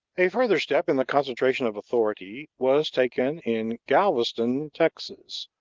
a further step in the concentration of authority was taken in galveston, texas,